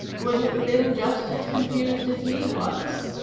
would have been just as confused as he was.